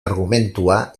argumentua